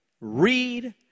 read